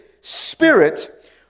spirit